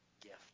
gift